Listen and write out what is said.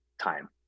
time